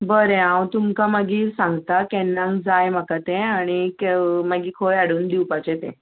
बरें हांव तुमकां मागीर सांगतां केन्ना जाय म्हाका तें आणीक मागीर खंय हाडून दिवपाचें तें